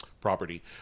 property